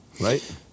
right